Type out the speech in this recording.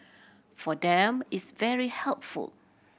for them it's very helpful